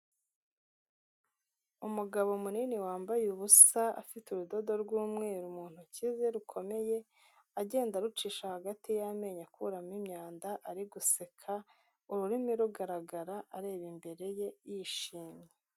Umugabo munini wambaye ubusa afite urudodo rw'umweru mu ntoki ze rukomeye, agenda arucisha hagati y'amenyo akuramo imyanda ari guseka, ururimi rugaragara areba imbere ye yishimye.